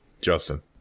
Justin